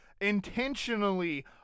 intentionally